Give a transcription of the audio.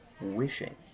wishing